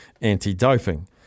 anti-doping